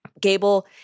Gable